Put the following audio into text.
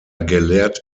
gelehrt